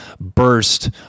burst